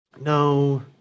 No